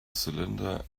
cylinder